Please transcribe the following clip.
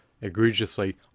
egregiously